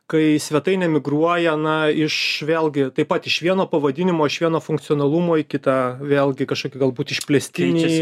kai į svetainę migruoja na iš vėlgi taip pat iš vieno pavadinimo iš vieno funkcionalumo į kitą vėlgi kažkokį galbūt išplėstinį